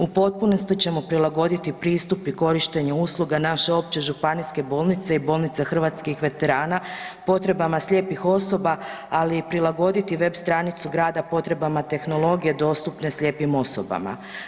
U potpunosti ćemo prilagoditi pristup i korištenje usluga naše Opće županijske bolnice i Bolnice hrvatskih veterana potrebama slijepih osoba, ali i prilagoditi web stranicu grada potrebama tehnologije dostupne slijepim osobama.